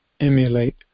emulate